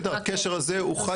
הקשר הזה הוא חד משמעי.